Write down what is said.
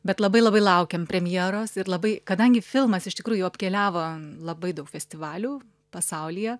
bet labai labai laukiam premjeros ir labai kadangi filmas iš tikrųjų jau apkeliavo labai daug festivalių pasaulyje